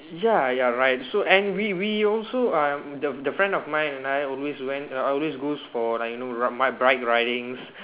ya you are right and so we we we also um the the friend of mine and I always went uh always goes for like you know uh bike ridings